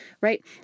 right